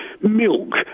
milk